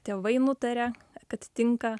tėvai nutaria kad tinka